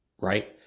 right